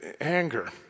anger